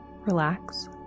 relax